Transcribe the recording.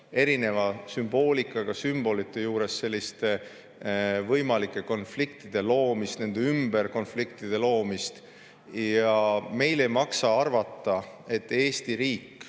erineva sümboolikaga sümbolite juures selliste võimalike konfliktide loomist, nende ümber konfliktide loomist. Meil ei maksa arvata, et kui Eesti riik